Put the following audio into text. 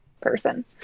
person